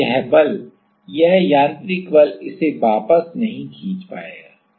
तो यह बल यह यांत्रिक बल इसे वापस नहीं खींच पाएगा